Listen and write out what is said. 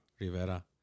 Rivera